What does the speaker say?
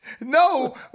No